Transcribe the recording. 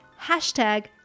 hashtag